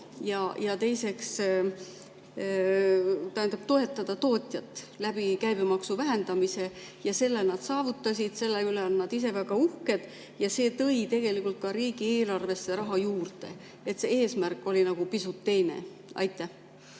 ja teiseks toetada tootjat käibemaksu vähendamise abil. Selle nad saavutasid ja selle üle on nad ise väga uhked. Ja see tõi tegelikult ka riigieelarvesse raha juurde. Nii et see eesmärk oli pisut teine. Aitäh!